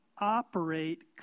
operate